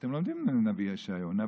אתם לומדים על הנביא ישעיהו.